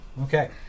Okay